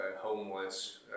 homeless